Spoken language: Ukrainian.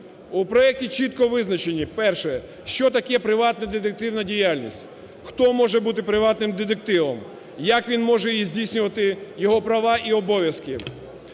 У проекті чітко визначені. Перше. Що таке приватна детективна діяльність; хто може бути приватним детективом; як він може її здійснювати; його права і обов'язки.